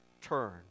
Turn